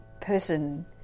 person